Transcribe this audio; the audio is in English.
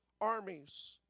armies